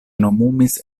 nomumis